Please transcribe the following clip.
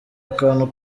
akantu